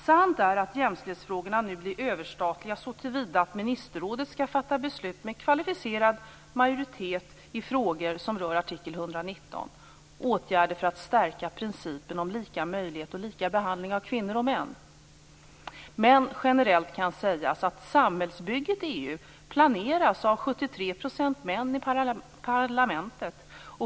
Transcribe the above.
Sant är jämställdhetsfrågorna nu blir överstatliga så till vida att ministerrådet skall fatta beslut med kvalificerad majoritet i frågor som för artikel 119 om åtgärder för att stärka principen om lika möjlighet och lika behandling av kvinnor och män. Men generellt kan sägas att samhällsbygget EU planeras av 73 % män i parlamentet.